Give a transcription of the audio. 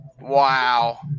Wow